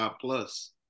plus